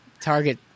Target